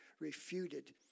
refuted